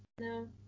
No